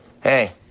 Hey